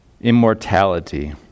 immortality